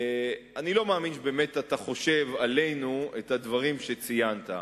אני לא מאמין שאתה באמת חושב עלינו את הדברים שציינת.